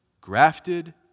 grafted